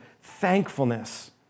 thankfulness